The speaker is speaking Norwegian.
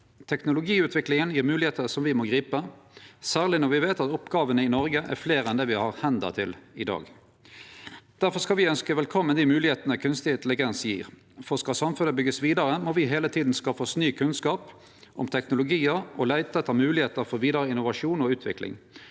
Teknologiutviklinga gjev moglegheiter som me må gripe, særleg når me veit at oppgåvene i Noreg er fleire enn det me har hender til i dag. Difor skal me ønskje velkomen dei moglegheitene kunstig intelligens gjev. Skal samfunnet byggjast vidare, må me heile tida skaffe oss ny kunnskap om teknologiar og leite etter moglegheiter for vidare innovasjon og utvikling,